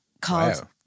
called